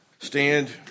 Stand